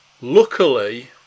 Luckily